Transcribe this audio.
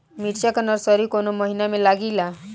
मिरचा का नर्सरी कौने महीना में लागिला?